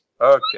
okay